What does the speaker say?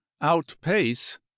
outpace